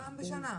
פעם בשנה.